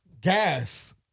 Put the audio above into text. Gas